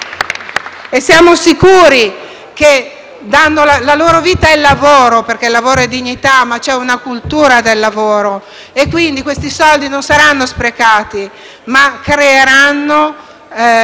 e siamo sicuri che la loro vita è il lavoro, perché il lavoro è dignità; c'è una cultura del lavoro. Quindi questi soldi non saranno sprecati, ma creeranno